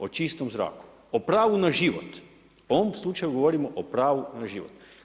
O čistom zraku, o pravu na životu, u ovom slučaju govorimo o pravu na život.